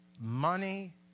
money